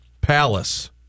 palace